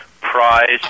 prize